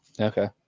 Okay